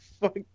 fuck